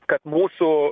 kad mūsų